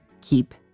keep